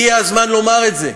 הגיע הזמן לומר את זה: